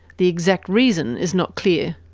the exact reason is not clear.